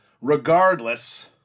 regardless